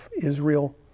Israel